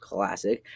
Classic